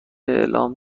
اعلام